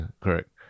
Correct